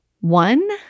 One